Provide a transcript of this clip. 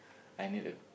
I need a